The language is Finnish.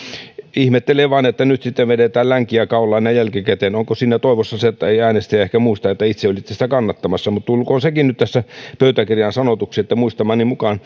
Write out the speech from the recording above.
ihmettelen vain että nyt sitten vedetään länkiä kaulaan näin jälkikäteen onko siinä toivona se että ei äänestäjä ehkä muista että itse olitte sitä kannattamassa mutta tulkoon sekin nyt tässä pöytäkirjaan sanotuksi että muistamani mukaan